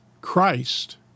Christ